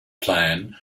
plan